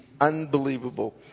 unbelievable